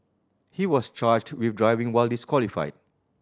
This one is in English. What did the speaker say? he was charged with driving while disqualified